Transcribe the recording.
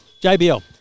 JBL